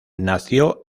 nació